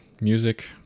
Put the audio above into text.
music